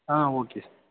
ஆ okay